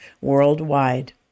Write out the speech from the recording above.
worldwide